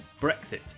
Brexit